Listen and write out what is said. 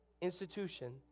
institution